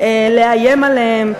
לאיים עליהם,